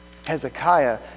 Hezekiah